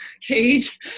cage